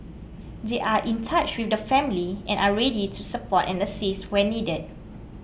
they are in touch with the family and are ready to support and assist where needed